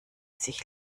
sich